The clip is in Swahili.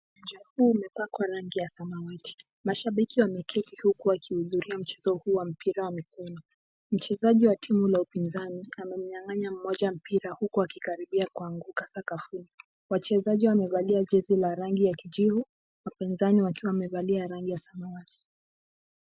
Uwanja huu umepakwa rangi ya samawati. Mashabiki wameketi huku wakihudhuria mchezo huu wa mpira ya mikono. Mchezaji wa timu la upinzani, anamnyang'anya mmoja mpira huku akikaribia kuanguka sakafuni. Wachwzaji wamevailia jezi la rangi ya kijivu, wapinzani wakiwa wamevalia jezi za samawati.